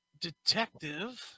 detective